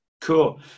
Cool